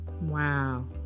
Wow